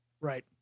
Right